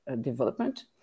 development